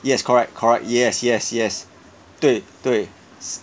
yes correct correct yes yes yes 对对